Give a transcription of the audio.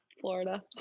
Florida